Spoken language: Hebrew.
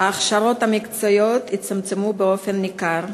ההכשרות המקצועיות הצטמצמו במידה ניכרת.